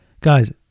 Guys